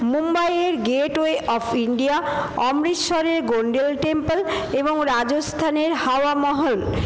মুম্বাইয়ের Gateway of India অমৃতসরের Golden Temple এবং রাজস্থানের হাওয়া মহল